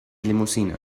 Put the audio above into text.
limousine